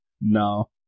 No